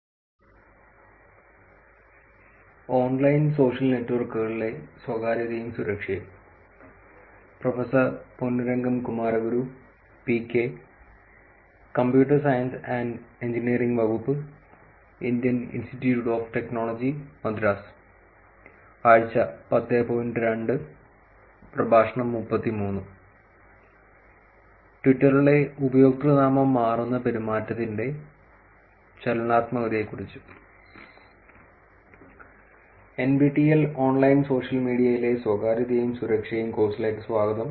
NPTEL online social മീഡിയയിലെ സ്വകാര്യതയും സുരക്ഷയും കോഴ്സിലേക്ക് സ്വാഗതം